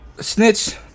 snitch